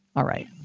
alright,